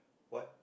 what